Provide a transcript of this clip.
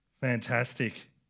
Fantastic